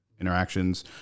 interactions